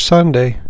Sunday